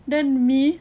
then me